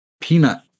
Peanut